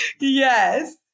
yes